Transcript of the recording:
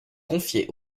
confiée